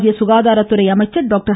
மத்திய சுகாதாரத்துறை அமைச்சர் டாக்டர்